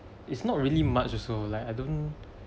it's not really much also like I don't